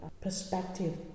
perspective